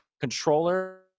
controller